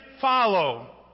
follow